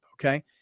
Okay